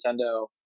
Nintendo